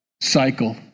Cycle